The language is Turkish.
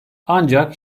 ancak